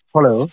Hello